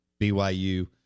BYU